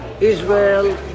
Israel